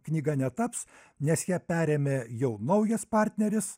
knyga netaps nes ją perėmė jau naujas partneris